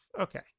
Okay